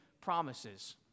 promises